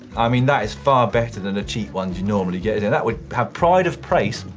i mean that is far better than the cheap ones you normally get, and that would have pride of place,